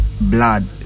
blood